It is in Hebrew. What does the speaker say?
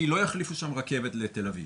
כי לא יחליפו שם רכבת לתל אביב,